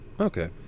Okay